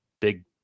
big